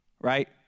right